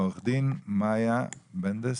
עורך דין מאיה בנדס,